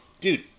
Dude